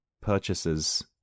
purchases